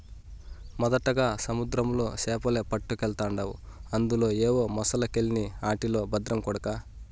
మొదటగా సముద్రంలో సేపలే పట్టకెల్తాండావు అందులో ఏవో మొలసకెల్ని ఆటితో బద్రం కొడకా